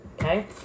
Okay